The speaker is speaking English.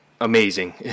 amazing